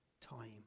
time